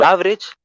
Average